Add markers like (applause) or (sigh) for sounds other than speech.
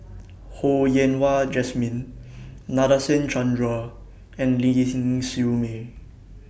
Ho Yen Wah Jesmine Nadasen Chandra and (unintelligible) Siew May